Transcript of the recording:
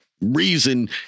reason